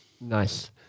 Nice